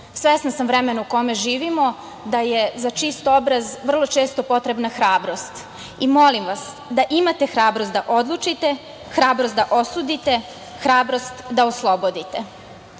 Svesna sam vremena u kome živimo, da je za čist obraz vrlo često potrebna hrabrost. Molim vas da imate hrabrost da odlučite, hrabrost da osudite, hrabrost da oslobodite. Sudijski